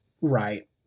Right